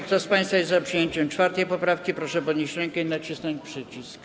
Kto z państwa jest za przyjęciem 4. poprawki, proszę podnieść rękę i nacisnąć przycisk.